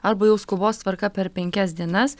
arba jau skubos tvarka per penkias dienas